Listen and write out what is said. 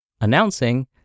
Announcing